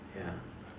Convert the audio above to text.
ya